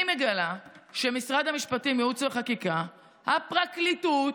אני מגלה שמשרד המשפטים, ייעוץ וחקיקה, הפרקליטות,